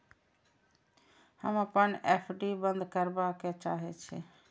हम अपन एफ.डी बंद करबा के चाहे छी